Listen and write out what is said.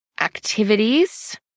activities